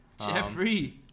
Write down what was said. Jeffrey